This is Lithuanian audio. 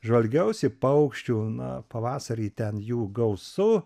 žvalgiausi paukščių na pavasarį ten jų gausu